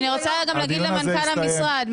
אני רוצה גם להגיד למנכ"ל המשרד.